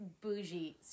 bougie